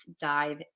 dive